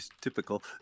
typical